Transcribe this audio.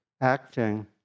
acting